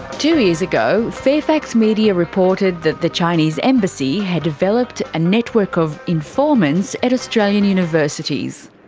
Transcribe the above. two years ago fairfax media reported that the chinese embassy had developed a network of informants at australian universities.